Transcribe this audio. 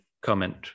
comment